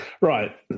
Right